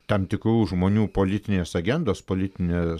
tam tikrų žmonių politinės agendos politinės